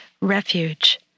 Refuge